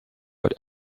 but